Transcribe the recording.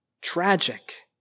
Tragic